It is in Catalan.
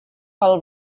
pel